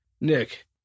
Nick